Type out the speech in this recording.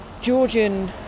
Georgian